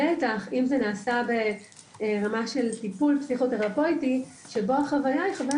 בטח אם זה נעשה ברמה של טיפול פסיכותרפויתי שבו החוויה היא חוויה